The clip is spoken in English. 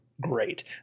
great